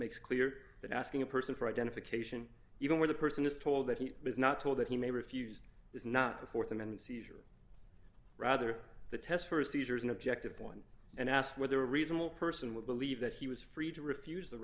makes clear that asking a person for identification even where the person is told that he was not told that he may refuse is not a th amendment seizure rather the test for a seizure is an objective one and asked whether a reasonable person would believe that he was free to refuse the